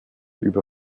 über